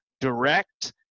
direct